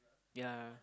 ya